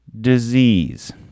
disease